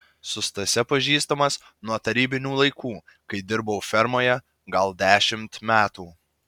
su stase pažįstamas nuo tarybinių laikų kai dirbau fermoje gal dešimt metų